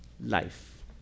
life